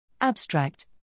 Abstract